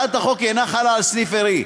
הצעת החוק אינה חלה על סניף ארעי.